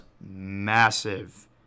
massive